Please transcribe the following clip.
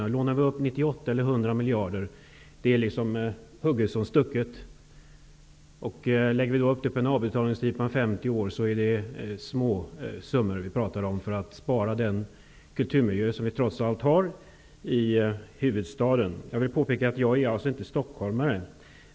Om vi lånar upp 98 eller 100 miljarder är hugget som stucket. Om avbetalningstiden är 50 år, är det små summor vi talar om när det gäller att spara den kulturmiljö som trots allt finns i huvudstaden. Jag vill påpeka att jag inte är stockholmare.